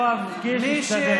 יואב קיש השתדל,